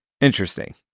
Interesting